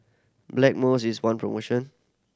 Blackmores is bong promotion